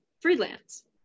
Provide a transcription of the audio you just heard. freelance